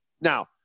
Now